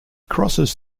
crosses